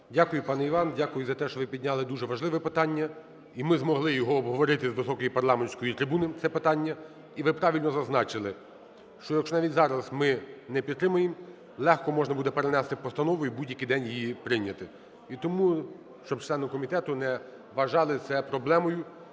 Дякую, пане Іван. Дякую за те, що ви підняли дуже важливе питання, і ми змогли його обговорити з високої парламентської трибуни це питання. І ви правильно зазначили, що якщо навіть зараз ми не підтримаємо, легко можна буди перенести постанову і в будь-який день її прийняти. І тому щоб члени комітету не вважали це проблемою